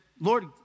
Lord